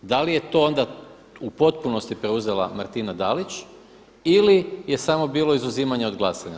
Da li je to onda u potpunosti preuzela Martina Dalić ili je samo bilo izuzimanje od glasanja.